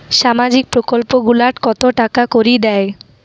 সামাজিক প্রকল্প গুলাট কত টাকা করি দেয়?